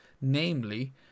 namely